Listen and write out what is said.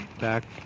Back